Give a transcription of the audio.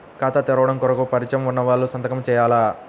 ఖాతా తెరవడం కొరకు పరిచయము వున్నవాళ్లు సంతకము చేయాలా?